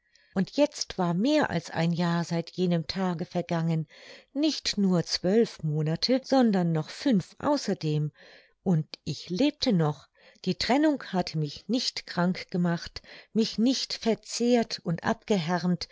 und jetzt war mehr als ein jahr seit jenem tage vergangen nicht nur zwölf monate sondern noch fünf außerdem und ich lebte noch die trennung hatte mich nicht krank gemacht mich nicht verzehrt und abgehärmt